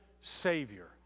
Savior